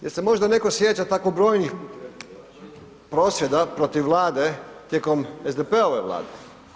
Jel se netko možda netko sječa tako brojnih prosvjeda protiv vlade tijekom SDP-ove vlade?